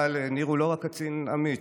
אבל ניר הוא לא רק קצין אמיץ,